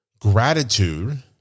Gratitude